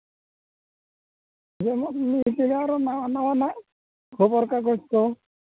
ᱡᱮᱢᱚᱱ ᱱᱤᱭᱟᱹ ᱠᱚ ᱟᱨ ᱱᱟᱣᱟ ᱱᱟᱜ ᱠᱷᱚᱵᱚᱨ ᱠᱟᱜᱚᱡᱽ ᱠᱚ